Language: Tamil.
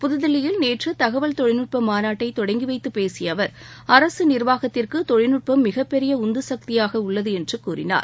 புதுதில்லியில் நேற்று தகவல் தொழில்நுட்ப மாநாட்டை தொடங்கி வைத்தப் பேசிய அவர் அரசு நிர்வாகத்திற்கு தொழில்நுட்பம் மிகப்பெரிய உந்து சக்தியாக உள்ளது என்று கூறினார்